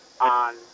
on